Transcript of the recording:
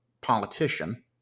politician